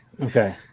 Okay